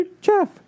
Jeff